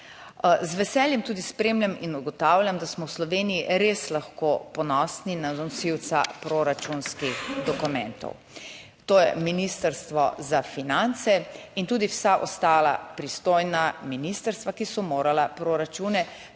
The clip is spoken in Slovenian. Z veseljem tudi spremljam in ugotavljam, da smo v Sloveniji res lahko ponosni na nosilca proračunskih dokumentov, to je Ministrstvo za finance in tudi vsa ostala pristojna **46. TRAK. (NB) -